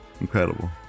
incredible